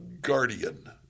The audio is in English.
guardian